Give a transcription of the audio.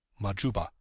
Majuba